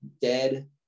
dead